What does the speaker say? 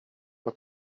vad